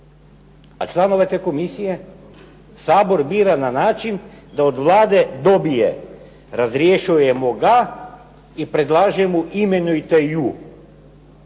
A članove te komisije Sabor bira na način da od Vlade dobije razrješujemo ga i predlažemo imenujete ju.